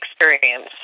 experience